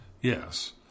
Yes